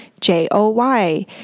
J-O-Y